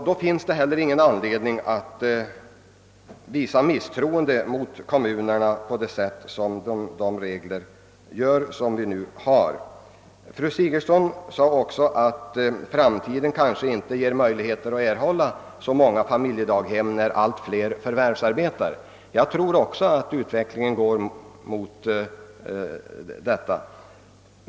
Det finns därför inte något skäl att visa misstroende mot kommunerna, vilket sker genom de nuvarande reglerna. Fru Sigurdsen sade också att framtiden kanske inte kommer att kunna erbjuda så många familjedaghem, eftersom allt flera förvärvsarbetar. Jag tror också att utvecklingen går i den riktningen.